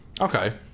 okay